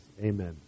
Amen